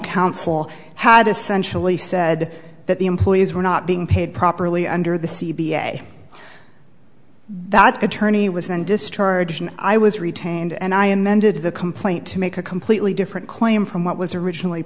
counsel had essentially said that the employees were not being paid properly under the c b a that attorney was then discharged i was retained and i amended the complaint to make a completely different claim from what was originally